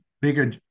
bigger